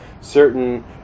certain